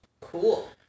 cool